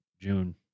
June